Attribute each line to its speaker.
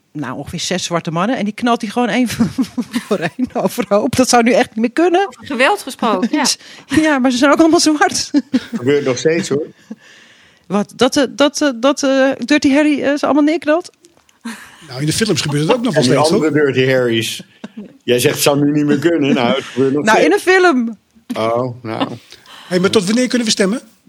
Speaker 1: Nou, ongeveer zes zwarte mannen en die knalt hij gewoon één voor- voor één overhoop. Dat zou nu echt niet meer kunnen.
Speaker 2: Over geweld gesproken, ja.
Speaker 1: Ja, maar ze zijn ook allemaal zwart.
Speaker 3: Gebeurt nog steeds, hoor.
Speaker 1: Wat, dat, eh, dat, eh, dat, eh, Dirty Harry, eh, ze allemaal neerknalt?
Speaker 4: Nou, in de films gebeurt het ook nog
Speaker 3: En
Speaker 4: wel
Speaker 3: de
Speaker 4: steeds, hoor.
Speaker 3: andere Dirty Harry's. Jij zegt, zou nu niet meer kunnen. Nou, het gebeurt nog
Speaker 1: Nou,
Speaker 3: steeds.
Speaker 1: in een film.
Speaker 3: Oh, nou.
Speaker 4: Hey, maar tot wanneer kunnen we stemmen?